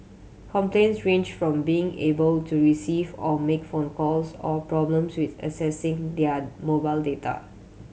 complaints range from being unable to receive or make phone calls or problems with accessing their mobile data